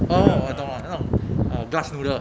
oh 我懂 ah 那种 uh glass noodle